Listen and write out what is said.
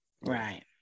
Right